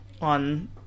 on